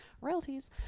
royalties